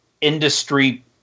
industry